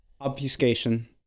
obfuscation